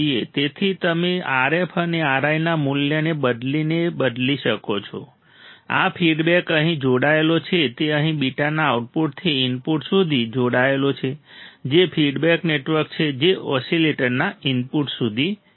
તેથી આ તમે RF અને RI ના મૂલ્યને બદલીને બદલી શકો છો આ ફીડબેક અહીં જોડાયેલો છે તે અહીં બીટાના આઉટપુટથી ઇનપુટ સુધી જોડાયેલો છે જે ફીડબેક નેટવર્ક છે જે ઓસિલેટરના ઇનપુટ સુધી છે